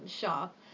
shop